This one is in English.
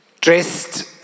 Dressed